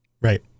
right